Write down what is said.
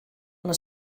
les